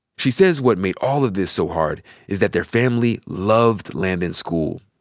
she says what made all of this so hard is that their family loved landon's school,